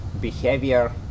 behavior